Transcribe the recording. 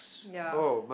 ya